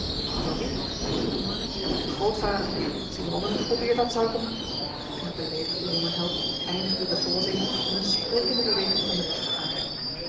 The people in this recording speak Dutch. door wien vroeg jo door grootvader als iemand anders het geprobeerd had zou ik hem en de beleedigde jonge held eindigde den volzin met een sprekende beweging van den rechterarm